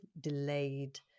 delayed